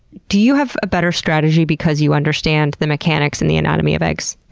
do you have a better strategy because you understand the mechanics and the anatomy of eggs?